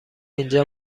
اینجا